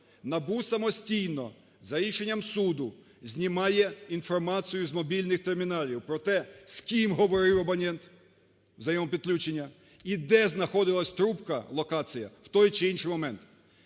НАБУ самостійно за рішенням суду знімає інформацію з мобільних терміналів про те, з ким говорив абонент за його підключення, і де знаходилась трубка (локація) в той чи інший момент.